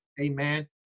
amen